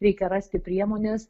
reikia rasti priemones